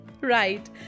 right